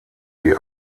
die